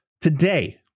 today